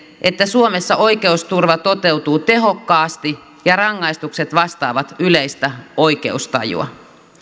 että suomessa oikeusturva toteutuu tehokkaasti ja rangaistukset vastaavat yleistä oikeustajua